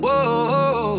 Whoa